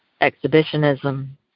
exhibitionism